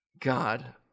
God